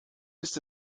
ist